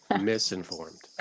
Misinformed